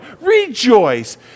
Rejoice